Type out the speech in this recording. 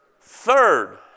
Third